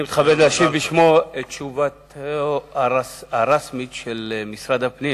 אני מתכבד להשיב בשמו את תשובתו הרשמית של משרד הפנים,